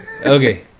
Okay